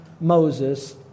Moses